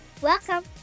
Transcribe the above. Welcome